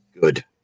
good